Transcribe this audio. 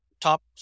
top